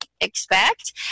expect